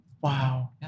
Wow